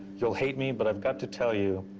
you'll hate me, but i've got to tell you,